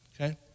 Okay